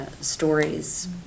stories